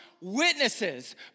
witnesses